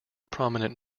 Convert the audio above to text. prominent